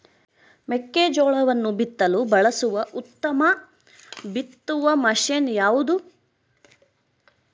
ಮೆಕ್ಕೆಜೋಳವನ್ನು ಬಿತ್ತಲು ಬಳಸುವ ಉತ್ತಮ ಬಿತ್ತುವ ಮಷೇನ್ ಯಾವುದು?